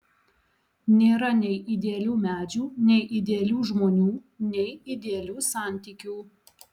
nėra nei idealių medžių nei idealių žmonių nei idealių santykių